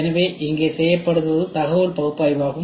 எனவே இங்கே செய்யப்படுவது தகவல் பகுப்பாய்வு ஆகும்